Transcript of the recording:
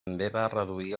reduir